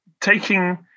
Taking